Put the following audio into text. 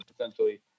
essentially